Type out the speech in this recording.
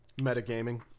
Metagaming